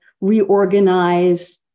reorganize